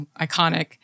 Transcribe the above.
iconic